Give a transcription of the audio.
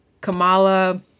Kamala